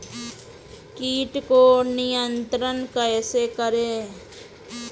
कीट को नियंत्रण कैसे करें?